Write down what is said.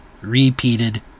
repeated